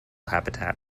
habitat